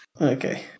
Okay